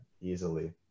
easily